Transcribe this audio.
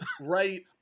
right